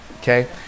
Okay